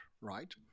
right